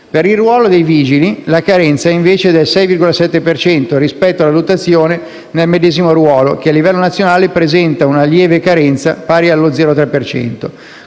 Per il ruolo dei vigili la carenza è, invece, del 6,7 per cento, rispetto alla dotazione nel medesimo ruolo che, a livello nazionale, presenta una lieve carenza, pari allo 0,3